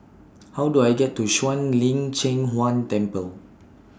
How Do I get to Shuang Lin Cheng Huang Temple